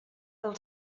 del